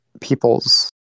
people's